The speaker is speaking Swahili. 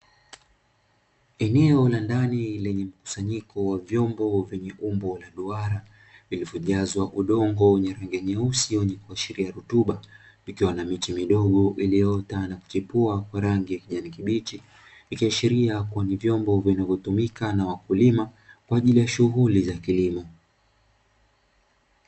Eneo la ndani lenye mkusanyiko wa viombo venye umbo la duara vilivyojazwa udongo wenye rangi nyeusi wenye kuashiria rutuba ikiwa na miche midogo iliyoota na kuchipua kwa rangi ya kijani kibichi ikiashiria kuwa ni vyombo vinavyotumika na wakulima kwa ajili ya shughuli za kilimo.